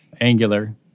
Angular